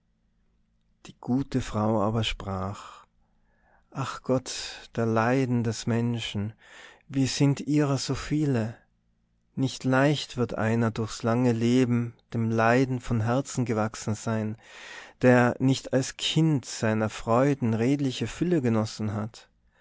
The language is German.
die gute frau aber sprach ach gott der leiden des menschen wie sind ihrer so viele nicht leicht wird einer durchs lange leben dem leiden von herzen gewachsen sein der nicht als kind seiner freuden redliche fülle genossen hat